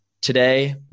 today